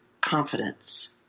confidence